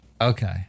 Okay